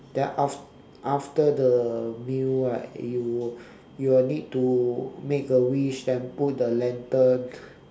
then after after the meal right you will you will need to make a wish then put the lantern